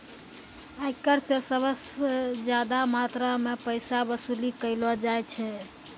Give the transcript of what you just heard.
आयकर स सबस ज्यादा मात्रा म पैसा वसूली कयलो जाय छै